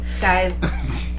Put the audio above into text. Guys